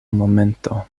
momento